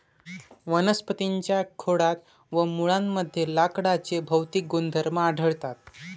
वनस्पतीं च्या खोडात व मुळांमध्ये लाकडाचे भौतिक गुणधर्म आढळतात